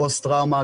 הפוסט-טראומה,